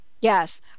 yes